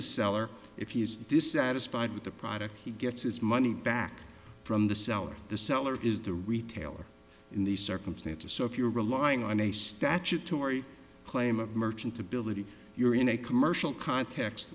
the seller if he is dissatisfied with the product he gets his money back from the seller the seller is the retailer in these circumstances so if you're relying on a statutory claim of merchantability you're in a commercial context